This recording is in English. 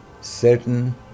certain